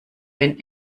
wenn